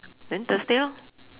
then Thursday orh